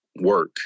work